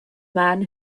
man